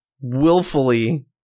willfully